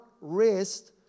rest